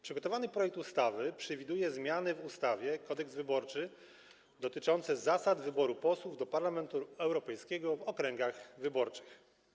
Przygotowany projekt ustawy przewiduje zmiany w ustawie Kodeks wyborczy dotyczące zasad wyboru posłów do Parlamentu Europejskiego w okręgach wyborczych.